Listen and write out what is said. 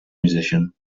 musician